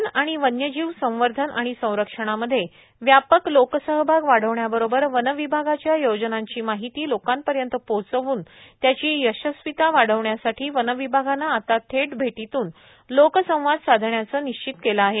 one आणि वन्यजीव संवर्धन आणि संरक्षणामध्ये व्यापक लोकसहभाग वाढवण्याबरोबर वन विभागाच्या योजनांची माहिती लोकांपर्यंत पोहोचवून त्याची यशस्विता वाढवण्यासाठी वन विभागानं आता थेट भेटीतून लोकसंवाद साधण्याचं निश्चित केले आहे